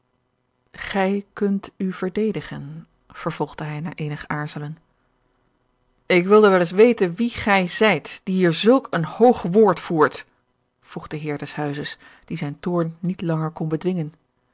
gij kunt u verdedigen vervolgde hij na eenig aarzelen ik wilde wel eens weten wie gij zijt die hier zulk een hoog woord voert vroeg de heer des huizes die zijn toorn niet langer kon bedwingen